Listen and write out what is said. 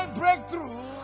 breakthrough